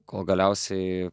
kol galiausiai